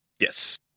Yes